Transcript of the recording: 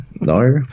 no